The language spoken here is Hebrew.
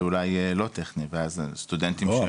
אולי לא טכני ואז הסטודנטים --- לא,